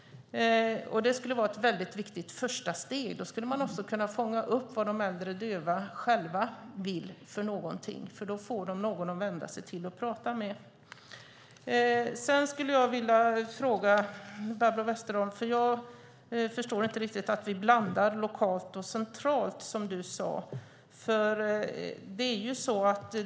Det skulle vara ett väldigt viktigt första steg. Då skulle man också kunna fånga upp vad de äldre döva själva vill, för då får de någon att vända sig till och prata med. Sedan har jag en fråga till Barbro Westerholm. Jag förstår inte riktigt att vi blandar lokalt och centralt, som du sade.